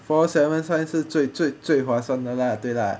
four seven 现在是最最最划算的 lah 对 lah